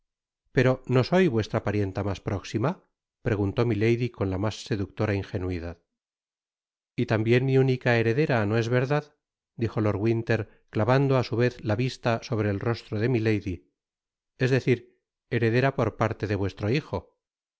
pero no soy vuestra parienta mas próxima preguntó milady con la mas seductora ingenuidad i i r y tambien mi única heredera no es verdad dijo lord vinter clavando á su vez la vista sobre el rostro de milady es decir heredera por parte de vuestro hijo